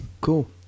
cool